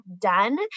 done